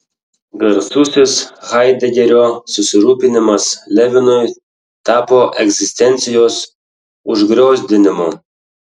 garsusis haidegerio susirūpinimas levinui tapo egzistencijos užgriozdinimu